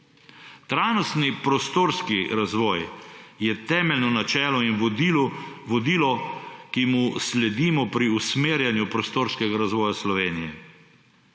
Trajnostni prostorski razvoj je temeljno načelo in vodilo, ki mu sledimo pri usmerjanju prostorskega razvoja Slovenije.